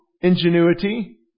ingenuity